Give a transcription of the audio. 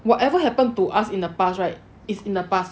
whatever happened to us in the past right is in the past